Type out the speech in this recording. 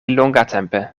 longatempe